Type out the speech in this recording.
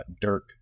Dirk